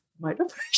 motivation